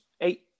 eight